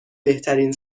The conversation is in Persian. بهترین